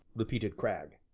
repeated cragg.